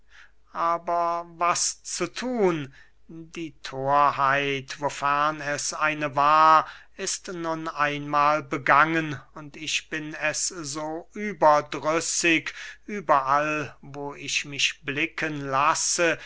aber was zu thun die thorheit wofern es eine war ist nun einmahl begangen und ich bin es so überdrüßig überall wo ich mich blicken lasse